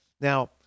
Now